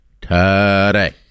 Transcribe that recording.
today